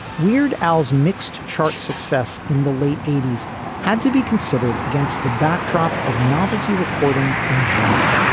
weird al's mixed chart success in the late eighty s had to be considered against the backdrop of novelty recording in general.